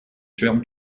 schwärmt